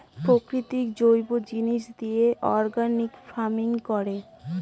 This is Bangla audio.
প্রাকৃতিক জৈব জিনিস দিয়ে অর্গানিক ফার্মিং করে